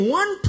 one